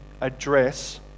address